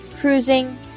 cruising